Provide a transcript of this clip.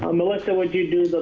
um melissa, would you do